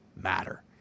matter